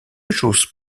chose